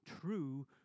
true